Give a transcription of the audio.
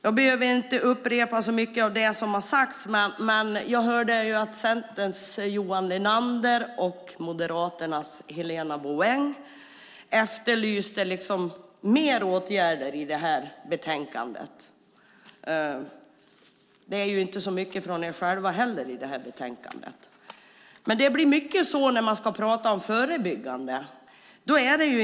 Jag behöver inte upprepa så mycket av det som har sagts. Men jag hörde att Centerns Johan Linander och Moderaternas Helena Bouveng efterlyste mer åtgärder i detta betänkande. Det är inte så mycket från er själva heller i detta betänkande. Men det blir mycket på det sättet när man ska prata om förebyggande åtgärder.